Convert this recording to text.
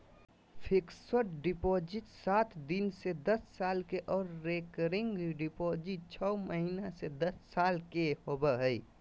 fixed deposit सात दिन से दस साल के आर रेकरिंग डिपॉजिट छौ महीना से दस साल के होबय हय